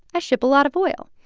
i ship a lot of oil.